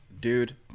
Dude